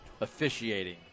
officiating